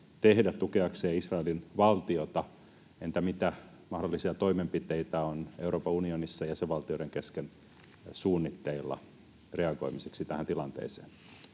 tehdä tukeakseen Israelin valtiota? Entä mitä mahdollisia toimenpiteitä on Euroopan unionissa jäsenvaltioiden kesken suunnitteilla reagoimiseksi tähän tilanteeseen?